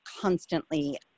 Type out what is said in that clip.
constantly